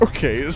Okay